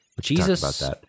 Jesus